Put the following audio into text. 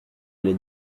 les